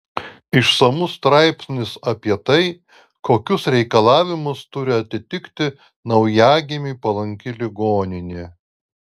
išsamus straipsnis apie tai kokius reikalavimus turi atitikti naujagimiui palanki ligoninė